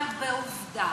אבל בעובדה,